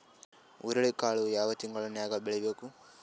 ಹುರುಳಿಕಾಳು ಯಾವ ತಿಂಗಳು ನ್ಯಾಗ್ ಬೆಳಿಬೇಕು?